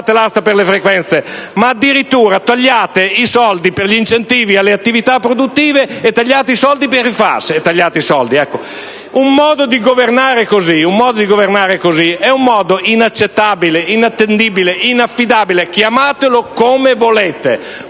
non fate l'asta per le frequenze, ma addirittura tagliate i soldi per gli incentivi alle attività produttive e tagliate i soldi per i FAS. Un tale modo di governare è inaccettabile, inattendibile, inaffidabile: chiamatelo come volete.